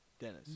Dennis